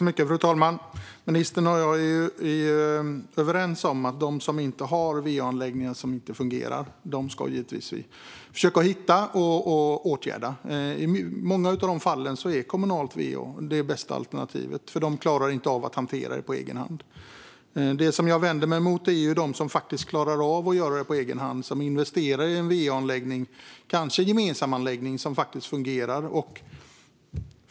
Fru talman! Ministern och jag är överens om att vi givetvis ska försöka hitta och åtgärda de va-anläggningar som inte fungerar. I många fall är kommunalt va det bästa alternativet när man inte klarar av att hantera det på egen hand. Det jag vänder mig mot är behandlingen av dem som klarar av att hantera det på egen hand. De investerar i en va-anläggning, kanske en gemensamanläggning, som fungerar.